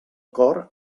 cor